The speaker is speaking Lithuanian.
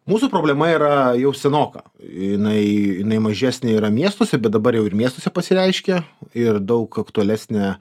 mūsų problema yra jau senoka jinai jinai mažesnė yra miestuose bet dabar jau ir miestuose pasireiškė ir daug aktualesnė